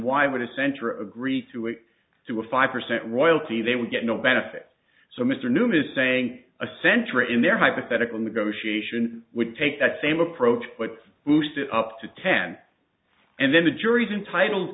why would the center agree to it to a five percent royalty they would get no benefit so mr newman is saying a center in their hypothetical negotiation would take that same approach but boost it up to ten and then the jury's entitled